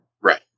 Right